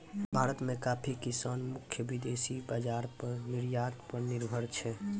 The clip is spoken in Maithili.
भारत मॅ कॉफी किसान मुख्यतः विदेशी बाजार पर निर्यात पर निर्भर छै